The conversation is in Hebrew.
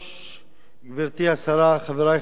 גברתי השרה, חברי חברי הכנסת,